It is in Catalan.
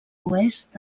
oest